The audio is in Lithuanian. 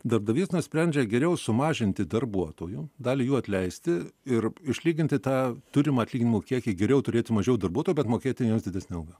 darbdavys nusprendžia geriau sumažinti darbuotojų dalį jų atleisti ir išlyginti tą turimą atlyginimų kiekį geriau turėti mažiau darbuotojų bet mokėti jiems didesnę algą